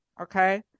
okay